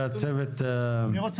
אני רוצה